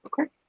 okay